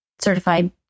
Certified